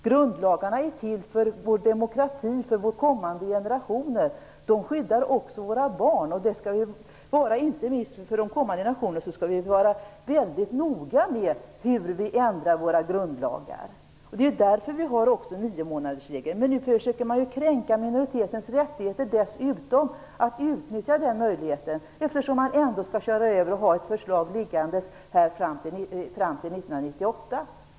Grundlagarna är till för vår demokrati, för kommande generationer. De skyddar också våra barn. Inte minst för kommande generationer skall vi vara mycket noga med hur vi ändrar våra grundlagar. Det är därför vi har niomånadersregeln. Nu försöker man dessutom kränka minoritetens rättigheter att utnyttja den möjligheten, eftersom man skall köra över och ha ett förslag liggande fram till 1998.